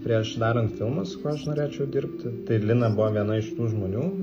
prieš darant filmą su kuo aš norėčiau dirbti tai lina buvo viena iš tų žmonių